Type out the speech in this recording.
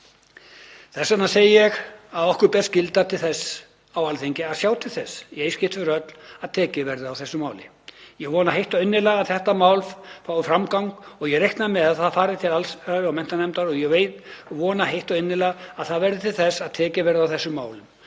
Þess vegna segi ég að okkur beri skylda til þess á Alþingi að sjá til þess í eitt skipti fyrir öll að tekið verði á þessu máli. Ég vona heitt og innilega að þetta mál fái framgang og ég reikna með að það fari til allsherjar- og menntamálanefndar og ég veit og vona heitt og innilega að það verði til þess að tekið verði á þessum málum.